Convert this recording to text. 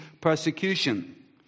persecution